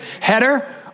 Header